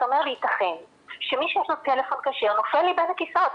אתה אומר ייתכן שמי שיש לו טלפון כשר נופל בין הכיסאות.